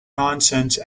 nonsense